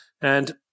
And-